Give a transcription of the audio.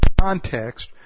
context